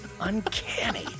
uncanny